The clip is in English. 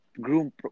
groom